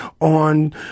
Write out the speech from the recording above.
on